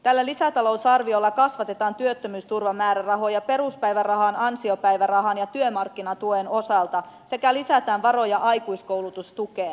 tällä lisätalousarviolla kasvatetaan työttömyysturvamäärärahoja peruspäivärahan ansiopäivärahan ja työmarkkinatuen osalta sekä lisätään varoja aikuiskoulutustukeen